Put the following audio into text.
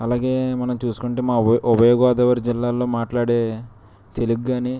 అలాగే మనం చూసుకుంటే మా ఉభయ గోదావరి జిల్లాలలో మాట్లాడే తెలుగు కానీ